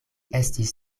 estis